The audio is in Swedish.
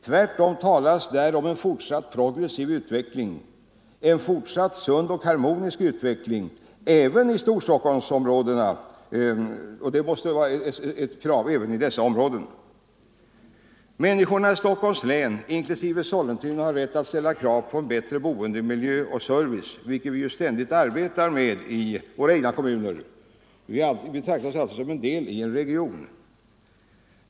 Tvärtom talas där om en fortsatt progressiv utveckling. En fortsatt sund och harmonisk utveckling även i Storstockholmsområdena måste vara ett krav. Människorna i Stockholms län, inklusive Sollentuna, har rätt att ställa krav på en bättre boendemiljö och service, vilket vi ju ständigt arbetar med i våra egna kommuner. Vi betraktar oss alltså som en del i en region.